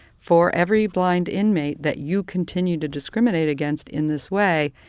for every blind inmate that you continue to discriminate against in this way,